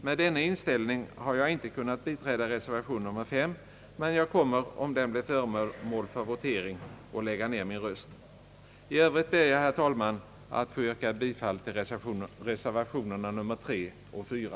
Med denna inställning har jag inte kunnat biträda reservation 5 men kommer — om den blir föremål för votering — att lägga ner min röst. I övrigt ber jag, herr talman, att få yrka bifall till reservationerna 3 och 4.